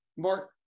Mark